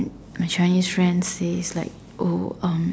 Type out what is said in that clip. my Chinese friends says like oh um